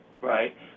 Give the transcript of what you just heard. right